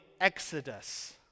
exodus